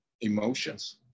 emotions